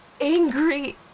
angry